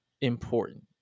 important